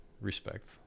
Respect